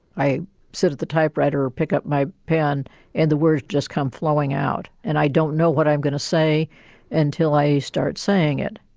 i sit at the typewriter or pick up my pen and the words just come flowing out and i don't know what i'm going to say until i start saying it.